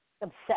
obsessed